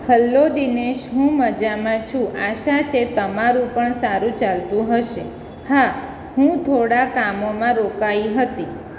hello Dinesh હું મજામાં છું આશા છે તમારું પણ સારું ચાલતું હશે હા હું થોડા કામોમાં રોકાઈ હતી